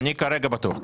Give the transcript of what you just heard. אני כרגע בטוח.